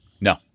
No